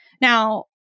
Now